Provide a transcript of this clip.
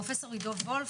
פרופ' עידוד וולף,